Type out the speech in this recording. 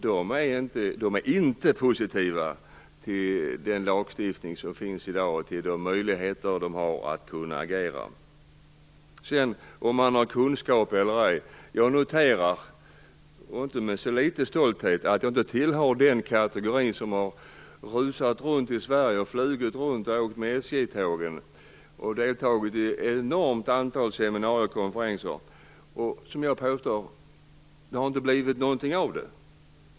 De är inte positiva till den lagstiftning som finns i dag, och till de möjligheter de har att kunna agera. Vad gäller frågan om huruvida man har kunskap eller ej noterar jag - inte med så litet stolthet - att jag inte tillhör den kategori som har rusat runt i Sverige, flugit och åkt med SJ-tåg, och deltagit i ett enormt antal seminarier och konferenser som jag vill påstå att det inte har blivit någonting av.